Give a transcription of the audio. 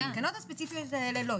התקנות הספציפיות האלה לא.